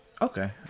Okay